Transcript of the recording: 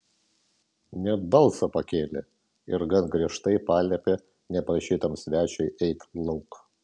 net balsą pakėlė ir gan griežtai paliepė neprašytam svečiui eiti lauk